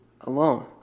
alone